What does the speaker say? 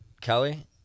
Kelly